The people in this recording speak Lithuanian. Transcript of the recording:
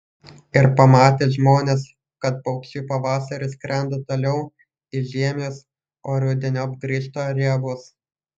ir pamatė žmonės kad paukščiai pavasarį skrenda toliau į žiemius o rudeniop grįžta riebūs